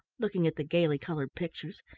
looking at the gaily colored pictures,